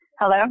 Hello